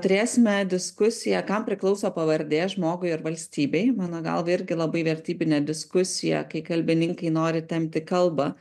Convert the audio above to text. turėsime diskusiją kam priklauso pavardė žmogui ir valstybei mano galva irgi labai vertybinė diskusija kai kalbininkai nori tempti kalbą